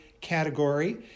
category